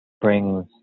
brings